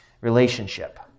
relationship